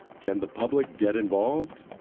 can the public get involved?